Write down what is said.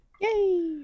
Yay